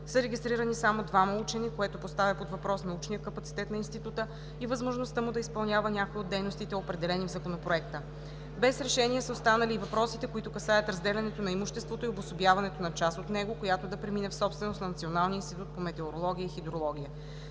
са регистрирани само двама учени, което поставя под въпрос научния капацитет на Института и възможността му да изпълнява някои от дейностите, определени в Законопроекта. Без решение са останали и въпросите, които касаят разделянето на имуществото и обособяването на част от него, която да премине в собственост на Националния институт по метеорология и хидрология.